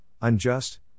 unjust